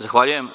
Zahvaljujem.